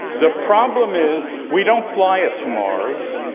the problem is we don't fly it to mars,